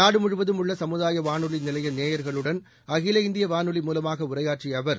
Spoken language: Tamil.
நாடு முழுவதும் உள்ள சமுதாய வானொலி நிலைய நேயா்களுடன் அகில இந்திய வானொலி மூலமாக உரையாற்றிய அவர்